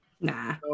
nah